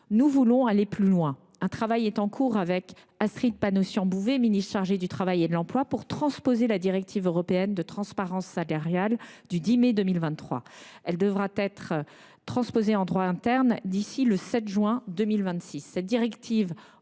Nous voulons aller plus loin. Un travail est en cours sous l’autorité d’Astrid Panosyan Bouvet, ministre chargée du travail et de l’emploi, pour transposer la directive européenne de transparence salariale du 10 mai 2023. Elle devra l’être en droit interne d’ici au 7 juin 2026.